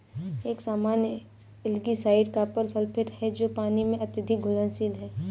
एक सामान्य algicide copper sulphate है जो पानी में अत्यधिक घुलनशील है